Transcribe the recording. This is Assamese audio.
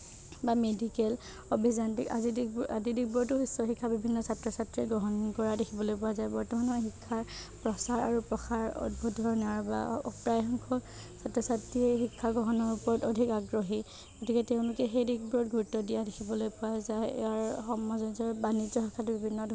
বা মেডিকেল অভিযান্ত্ৰিক আদি দিশ আদি দিশবোৰতো উচ্চ শিক্ষা ছাত্ৰ ছাত্ৰীয়ে গ্ৰহণ কৰা দেখিবলৈ পোৱা যায় বৰ্তমান সময়ত শিক্ষাৰ প্ৰচাৰ আৰু প্ৰসাৰ অদ্ভুদ ধৰণে বা প্ৰায় সংখ্যক ছাত্ৰ ছাত্ৰীয়ে শিক্ষা গ্ৰহণৰ ওপৰত অধিক আগ্ৰহী গতিকে তেওঁলোকে সেই দিশবোৰত গুৰুত্ব দিয়া দেখিবলৈ পোৱা যায় ইয়াৰ সামঞ্জস্য় বাণিজ্য শাখাতো বিভিন্ন ধৰণৰ